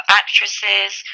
actresses